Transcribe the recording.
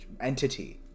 entity